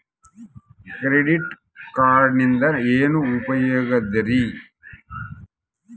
Credit ಕಾರ್ಡಿನಿಂದ ಏನು ಉಪಯೋಗದರಿ?